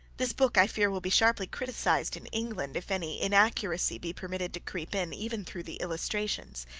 this book, i fear, will be sharply criticised in england if any inaccuracy be permitted to creep in, even through the illustrations.